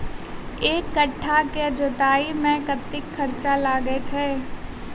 एक कट्ठा केँ जोतय मे कतेक खर्चा लागै छै?